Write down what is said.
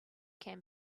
can